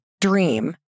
dream